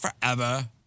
forever